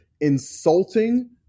insulting